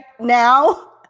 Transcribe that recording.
now